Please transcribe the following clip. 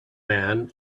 man